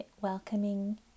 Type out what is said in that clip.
welcoming